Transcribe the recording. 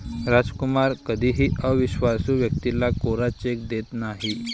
रामकुमार कधीही अविश्वासू व्यक्तीला कोरा चेक देत नाही